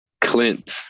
clint